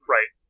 Right